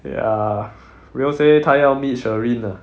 ya rio say 他要 meet shereen ah